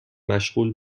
مشغول